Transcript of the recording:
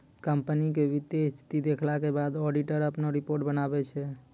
company के वित्तीय स्थिति देखला के बाद ऑडिटर अपनो रिपोर्ट बनाबै छै